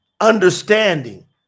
understanding